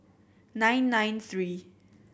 nine nine three